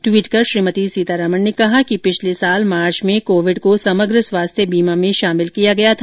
tweet कर श्रीमती सीतारामन ने कहा कि पिछले वर्ष मार्च में कोविड को समग्र स्वास्थ्य बीमा में शामिल किया गया था